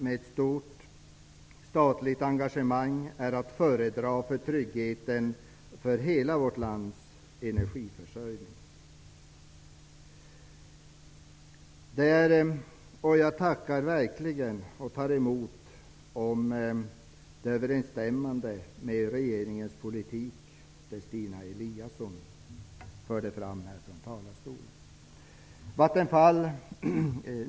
Ett stort statligt engagemang i Vattenfall är att föredra för tryggheten för hela vårt lands energiförsörjning. Jag tackar verkligen för och tar emot den uppfattning, i regeringens politik, som Stina Eliasson förde fram i denna talarstol.